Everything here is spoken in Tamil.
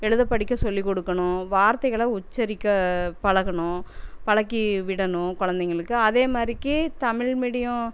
எழுத படிக்க சொல்லிக் கொடுக்கணும் வார்த்தைகளை உச்சரிக்க பழகணும் பழக்கி விடணும் குழந்தைங்களுக்கு அதே மாதிரிக்கி தமிழ் மீடியம்